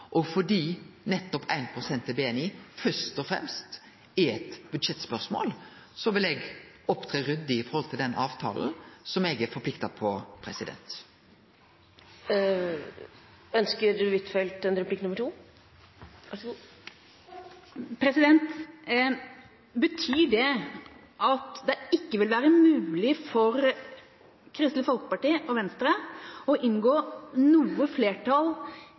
Og fordi nettopp 1 pst. av BNI først og fremst er eit budsjettspørsmål, vil eg opptre ryddig når det gjeld den avtalen som eg er forplikta på. Betyr det at det ikke vil være mulig for Kristelig Folkeparti og Venstre å inngå i noe flertall